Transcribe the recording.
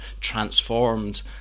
transformed